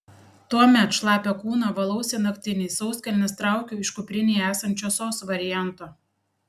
tuomet šlapią kūną valausi naktiniais sauskelnes traukiu iš kuprinėje esančio sos varianto